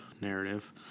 narrative